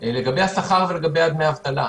לגבי השכר ולגבי דמי האבטלה.